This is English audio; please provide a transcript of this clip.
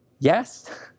Yes